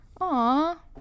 Aw